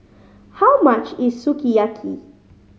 how much is Sukiyaki